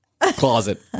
Closet